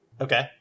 okay